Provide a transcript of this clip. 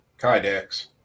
kydex